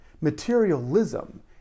Materialism